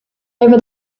over